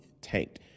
tanked